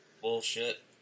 bullshit